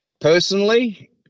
personally